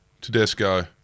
Tedesco